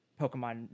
Pokemon